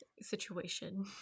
situation